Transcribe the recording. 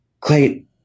Clay